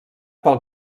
pel